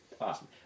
Awesome